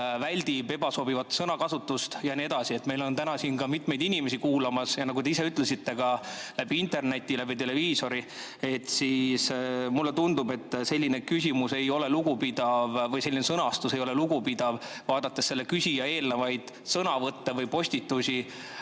väldib ebasobivat sõnakasutust ja nii edasi. Meil on täna siin ka mitmeid inimesi kuulamas ja nagu te ise ütlesite, [jälgitakse] ka interneti või televiisori kaudu. Mulle tundub, et selline küsimus ei ole lugupidav või selline sõnastus ei ole lugupidav. Vaadates selle küsija eelnevaid sõnavõtte või postitusi,